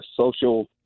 social